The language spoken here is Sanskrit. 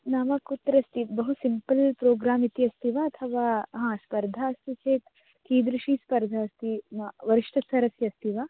नाम कुत्र अस्ति बहु सिम्पल् प्रोग्राम् इति अस्ति वा अथवा हा स्पर्धा अस्ति चेत् कीदृशी स्पर्धास्ति न् वरिष्ठस्तरस्य अस्ति वा